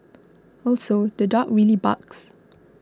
also the dog really barks